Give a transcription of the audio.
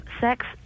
sex